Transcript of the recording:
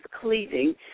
cleaving